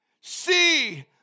see